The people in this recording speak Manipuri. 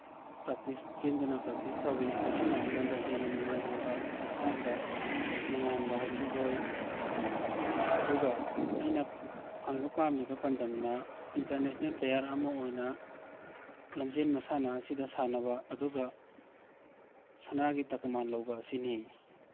ꯄ꯭ꯔꯥꯛꯇꯤꯁ ꯆꯦꯟꯗꯨꯅ ꯄ꯭ꯔꯥꯛꯇꯤꯁ ꯇꯧꯏ ꯃꯁꯤꯅ ꯑꯩꯉꯣꯟꯗ ꯍꯦꯟꯅ ꯅꯨꯡꯉꯥꯏꯍꯟꯕ ꯍꯛꯆꯥꯡꯗ ꯅꯨꯡꯉꯥꯏꯍꯟꯕ ꯍꯥꯏꯕꯗꯨ ꯑꯣꯏ ꯑꯗꯨꯒ ꯑꯩꯅ ꯐꯪꯕ ꯄꯥꯝꯂꯤꯕ ꯄꯥꯟꯗꯝꯅ ꯏꯟꯇꯔꯅꯦꯁꯅꯦꯜ ꯄ꯭ꯂꯦꯌꯥꯔ ꯑꯃ ꯑꯣꯏꯅ ꯂꯝꯖꯦꯟ ꯃꯁꯥꯟꯅ ꯑꯁꯤꯗ ꯁꯥꯟꯅꯕ ꯑꯗꯨꯒ ꯁꯅꯥꯒꯤ ꯇꯀꯃꯥꯟ ꯂꯧꯕ ꯑꯁꯤꯅꯤ